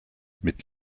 mit